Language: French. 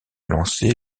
lancé